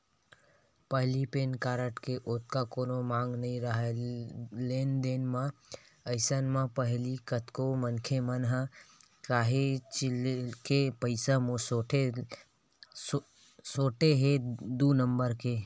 पहिली PAN card के ओतका कोनो मांग नइ राहय लेन देन म, अइसन म पहिली कतको मनखे मन ह काहेच के पइसा सोटे हे दू नंबर के